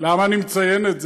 למה אני מציין את זה?